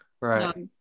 Right